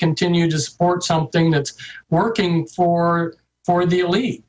continue to support something that's working for for the elite